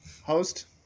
Host